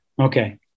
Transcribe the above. Okay